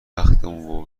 بختمون